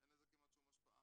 שאין לזה כמעט שום השפעה.